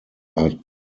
are